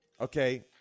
okay